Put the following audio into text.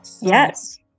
yes